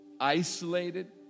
isolated